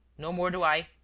no more do i.